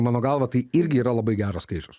mano galva tai irgi yra labai geras skaičius